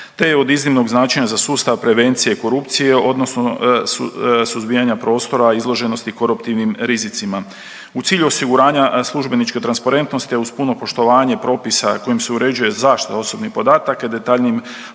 te je od iznimnog značenja za sustav prevencije korupcije, odnosno suzbijanja prostora izloženosti koruptivnim rizicima. U cilju osiguranja službeničke transparentnosti, a uz puno poštovanje propisa kojim se uređuje zaštita osobnih podataka i detaljnijim